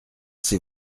ces